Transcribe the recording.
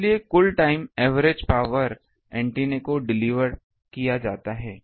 इसलिए कुल time average power antenna को डिलीवर किया जाता है